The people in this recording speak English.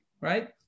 right